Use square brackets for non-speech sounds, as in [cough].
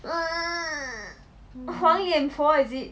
[noise] 黄脸婆 is it